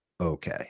okay